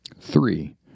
Three